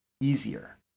easier